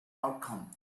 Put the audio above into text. outcome